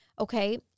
okay